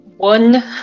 one